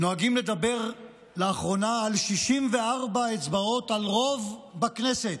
נוהגים לדבר לאחרונה על 64 אצבעות, על רוב בכנסת.